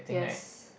yes